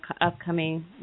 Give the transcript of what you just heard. upcoming